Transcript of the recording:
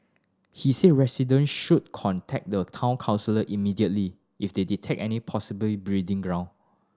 he said resident should contact the Town Council immediately if they detect any possible breeding ground